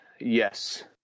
yes